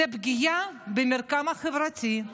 זאת פגיעה במרקם החברתי.